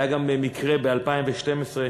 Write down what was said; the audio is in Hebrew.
היה גם מקרה ב-2012,